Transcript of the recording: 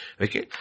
Okay